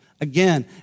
again